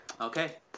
Okay